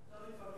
אפשר להתווכח